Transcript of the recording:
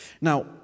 Now